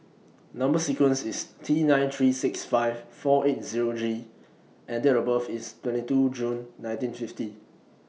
Number sequence IS T nine three six five four eight Zero G and Date of birth IS twenty two June nineteen fifty